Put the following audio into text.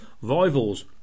Rivals